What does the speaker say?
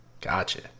Gotcha